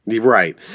Right